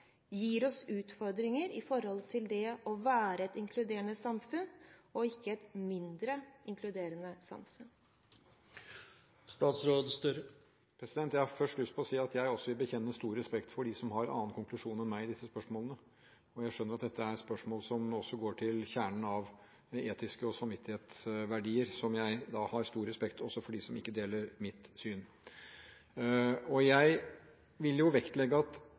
gir oss utfordringer når det gjelder det å være et inkluderende samfunn – og ikke et mindre inkluderende samfunn. Jeg har først lyst til å si at jeg også vil bekjenne stor respekt for dem som har annen konklusjon enn meg i disse spørsmålene. Jeg skjønner at dette er spørsmål som også går til kjernen av etiske og samvittighetsmessige verdier som jeg har stor respekt for – også hos dem som ikke deler mitt syn. Jeg vil vektlegge at